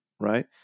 right